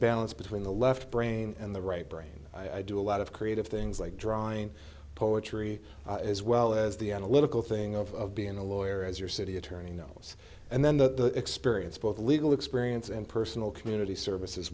balance between the left brain and the right brain i do a lot of creative things like drawing poetry as well as the analytical thing of being a lawyer as your city attorney knows and then the experience both legal experience and personal community services